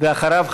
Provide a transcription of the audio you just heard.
ואחריו,